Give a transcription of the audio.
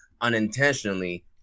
unintentionally